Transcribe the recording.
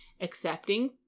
accepting